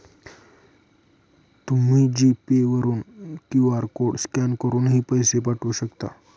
तुम्ही G pay वरून QR code scan करूनही पैसे पाठवू शकता